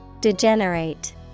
Degenerate